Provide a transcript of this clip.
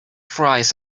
fries